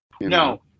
No